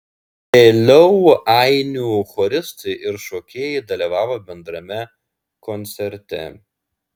vėliau ainių choristai ir šokėjai dalyvavo bendrame koncerte